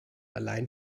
allein